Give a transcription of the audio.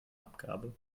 abgabe